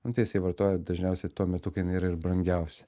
nu tai jisai vartoja dažniausiai tuo metu kai jinai ir yra brangiausia